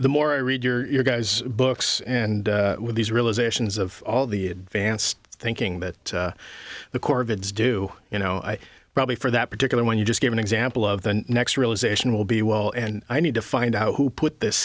the more i read your guys books and these realizations of all the advanced thinking that the corvids do you know i probably for that particular one you just gave an example of the next realisation will be well and i need to find out who put this